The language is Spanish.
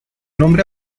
nombre